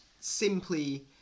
simply